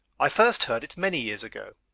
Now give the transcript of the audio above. i first heard it many years ago.